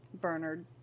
Bernard